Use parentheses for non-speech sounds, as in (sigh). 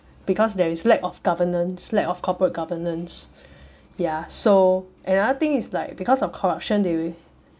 because there is lack of governance lack of corporate governance (breath) ya so another thing it's like because of corruption they